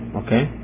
okay